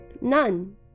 none